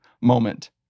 Moment